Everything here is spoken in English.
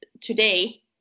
today